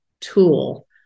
tool